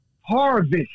Harvest